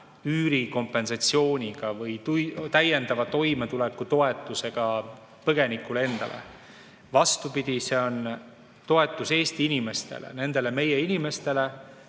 üürikompensatsiooniga või täiendava toimetulekutoetusega põgenikule endale. Vastupidi, see on toetus Eesti inimestele, nendele meie inimestele